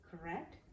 correct